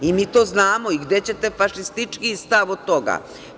I mi to znamo, i gde ćete fašističkiji stav o tome.